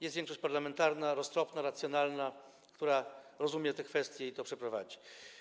Jest większość parlamentarna, roztropna, racjonalna, która rozumie te kwestie i to przeprowadzi.